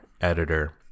editor